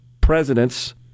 presidents